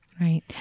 Right